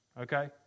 okay